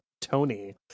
Tony